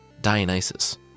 Dionysus